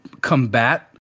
combat